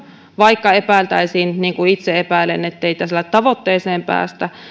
vaikka epäiltäisiin niin kuin itse epäilen ettei tällä tavoitteeseen päästä